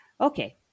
Okay